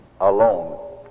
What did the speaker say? alone